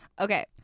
Okay